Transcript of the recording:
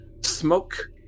Smoke